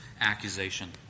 accusation